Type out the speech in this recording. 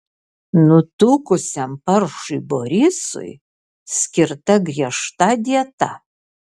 nutukusiam paršui borisui skirta griežta dieta